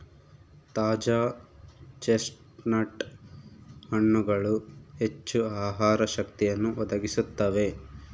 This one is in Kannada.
ತಾಜಾ ಚೆಸ್ಟ್ನಟ್ ಹಣ್ಣುಗಳು ಹೆಚ್ಚು ಆಹಾರ ಶಕ್ತಿಯನ್ನು ಒದಗಿಸುತ್ತವೆ